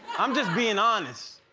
i'm just being honest.